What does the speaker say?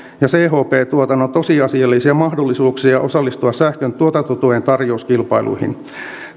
ja chp tuotannon tosiasiallisia mahdollisuuksia osallistua sähkön tuotantotuen tarjouskilpailuihin